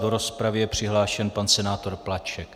Do rozpravy je přihlášen pan senátor Plaček.